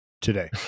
today